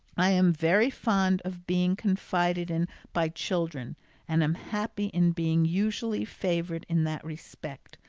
i am very fond of being confided in by children and am happy in being usually favoured in that respect,